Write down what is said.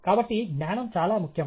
కాబట్టి జ్ఞానం చాలా ముఖ్యం